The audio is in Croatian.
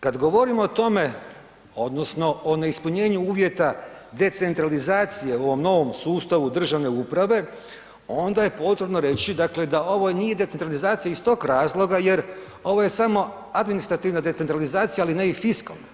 Kad govorimo o tome odnosno o neispunjenju uvjeta decentralizacije u ovom novom sustavu državne uprave onda je potrebno reći da ovo nije decentralizacija iz tog razloga jer ovo je samo administrativna decentralizacija ali ne i fiskalna.